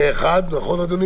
הצבעה הצו אושר.